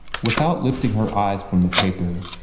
without lifting her eyes from the paper,